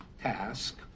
task